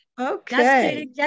Okay